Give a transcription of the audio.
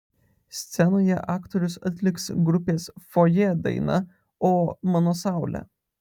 scenoje aktorius atliks grupės fojė dainą o mano saule